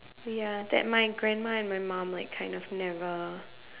ya that my grandma and my mum like kind of never